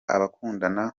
abakundana